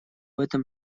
этом